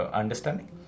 understanding